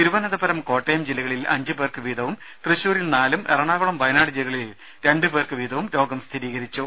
തിരുവനന്തപുരം കോട്ടയം ജില്ലകളിൽ അഞ്ചുപേർക്ക് വീതവും തൃശൂരിൽ നാലും എറണാകുളം വയനാട് ജില്ലകളിൽ രണ്ടുപേർക്ക് വീതവും രോഗം സ്ഥിരീകരിച്ചു